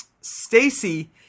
Stacy